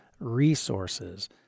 resources